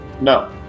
No